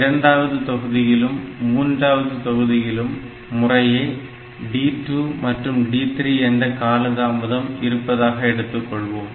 இரண்டாவது தொகுதியிலும் மூன்றாவது தொகுதியிலும் முறையே D2 மற்றும் D3 என்ற காலதாமதம் இருப்பதாக எடுத்துக்கொள்வோம்